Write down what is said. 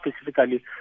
specifically